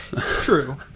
True